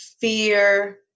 fear